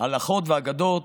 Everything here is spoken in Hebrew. הלכות ואגדות,